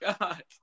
God